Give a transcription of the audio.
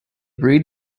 breed